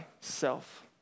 self